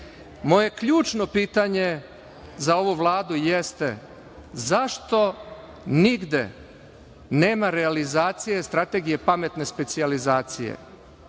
ključno pitanje za ovu Vladu jeste – zašto nigde nema realizacije strategije pametne specijalizacije?